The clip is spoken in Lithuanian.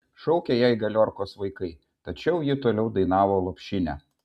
šaukė jai galiorkos vaikai tačiau ji toliau dainavo lopšinę